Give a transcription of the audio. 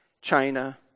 China